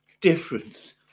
difference